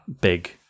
big